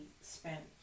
spent